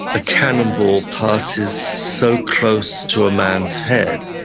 a cannonball passes so close to a man's head,